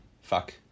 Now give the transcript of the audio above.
fuck